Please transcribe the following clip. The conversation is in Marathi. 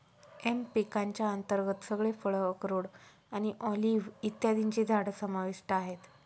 एम पिकांच्या अंतर्गत सगळे फळ, अक्रोड आणि ऑलिव्ह इत्यादींची झाडं समाविष्ट आहेत